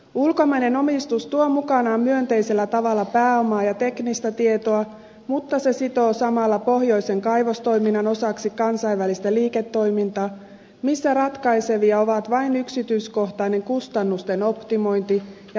ulkomainen omistus tuo mukanaan myönteisellä tavalla pääomaa ja teknistä tietoa mutta se sitoo samalla pohjoisen kaivostoiminnan osaksi kansainvälistä liiketoimintaa missä ratkaisevia ovat vain yrityskohtainen kustannusten optimointi ja voiton tavoittelu